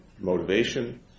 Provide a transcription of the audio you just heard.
motivation